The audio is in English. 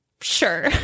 Sure